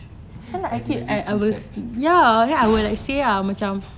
lagi-lagi two text